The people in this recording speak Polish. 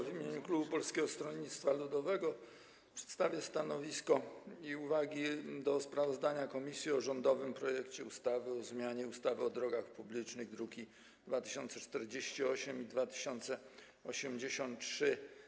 W imieniu klubu Polskiego Stronnictwa Ludowego przedstawię stanowisko i uwagi dotyczące sprawozdania komisji o rządowym projekcie ustawy o zmianie ustawy o drogach publicznych, druki nr 2048 i 2083.